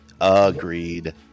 Agreed